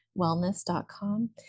wellness.com